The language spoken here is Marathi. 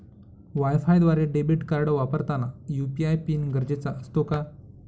वायफायद्वारे डेबिट कार्ड वापरताना यू.पी.आय पिन गरजेचा असतो का?